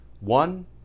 One